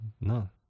No